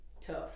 tough